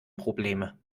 probleme